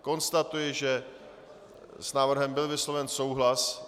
Konstatuji, že s návrhem byl vysloven souhlas.